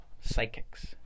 psychics